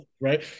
Right